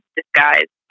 disguise